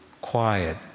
quiet